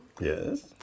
Yes